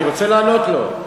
אני רוצה לענות לו.